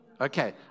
Okay